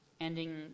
Ending